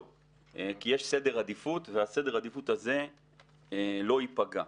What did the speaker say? כי יש סדר עדיפות, וסדר העדיפות הזה לא ייפגע.